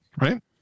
right